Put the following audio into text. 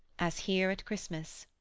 as here at christmas